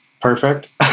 perfect